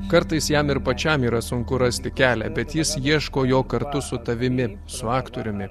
kartais jam ir pačiam yra sunku rasti kelią bet jis ieško jo kartu su tavimi su aktoriumi